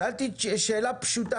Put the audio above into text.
שאלתי שאלה פשוטה.